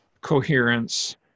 coherence